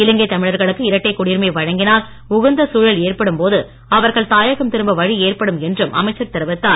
இலங்கை தமிழர்களுக்கு இரட்டை குடியுரிமை வழங்கினால் உகந்த சூழல் ஏற்படும் போது அவர்கள் தாயகம் திரும்ப வழி ஏற்படும் என்றும் அமைச்சர் தெரிவித்தார்